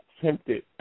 tempted